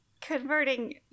Converting